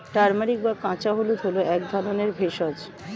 turmeric বা কাঁচা হলুদ হল এক ধরনের ভেষজ